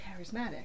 charismatic